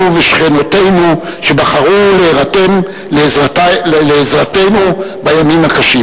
ושכנותינו שבחרו להירתם לעזרתנו בימים הקשים,